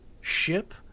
ship